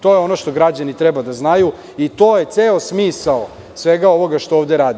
To je ono što građani treba da znaju i to je ceo smisao svega ovoga što ovde rade.